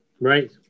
Right